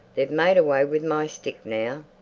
they've made away with my stick, now!